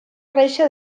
reixa